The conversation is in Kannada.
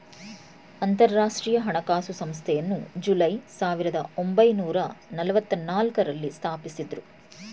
ಅಂತರಾಷ್ಟ್ರೀಯ ಹಣಕಾಸು ಸಂಸ್ಥೆಯನ್ನು ಜುಲೈ ಸಾವಿರದ ಒಂಬೈನೂರ ನಲ್ಲವತ್ತನಾಲ್ಕು ರಲ್ಲಿ ಸ್ಥಾಪಿಸಿದ್ದ್ರು